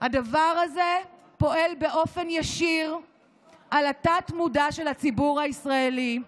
הדבר הזה פועל באופן ישיר על התת-מודע של הציבור הישראלי,